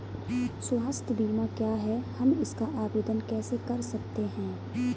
स्वास्थ्य बीमा क्या है हम इसका आवेदन कैसे कर सकते हैं?